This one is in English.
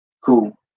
Cool